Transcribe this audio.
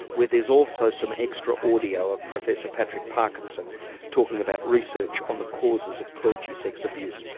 where there's also some extra audio of professor patrick parkinson talking about research on the causes of clergy sex abuse.